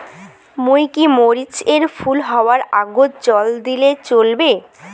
মুই কি মরিচ এর ফুল হাওয়ার আগত জল দিলে চলবে?